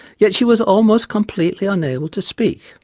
yet she was almost completely unable to speak.